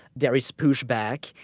there is pushback.